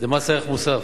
זה מס ערך מוסף.